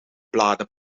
bladen